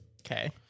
Okay